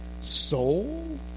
soul